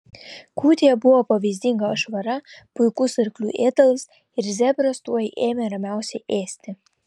kūtėje buvo pavyzdinga švara puikus arklių ėdalas ir zebras tuoj ėmė ramiausiai ėsti